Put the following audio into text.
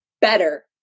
better